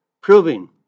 proving